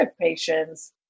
patients